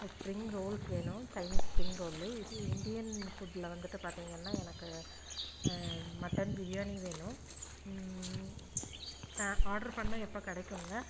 spring rolls வேணும் Chinese spring roll இது Indian ஃபுட்டில் வந்துட்டு பார்த்தீங்கன்னா எனக்கு மட்டன் பிரியாணி வேணும் ஆர்டர் பண்ணிணா எப்போ கிடைக்குங்க